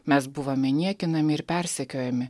mes buvome niekinami ir persekiojami